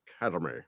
Academy